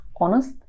honest